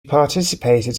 participated